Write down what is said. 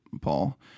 Paul